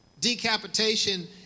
Decapitation